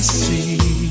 see